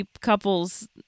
couples